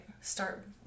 start